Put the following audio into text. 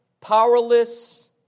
powerless